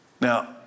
Now